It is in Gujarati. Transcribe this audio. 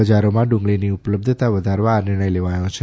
બજારોમાં ડુંગળીની ઉપલબ્ધતા વધારવા આ નિર્ણય લેવાયો છે